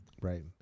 Right